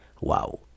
wow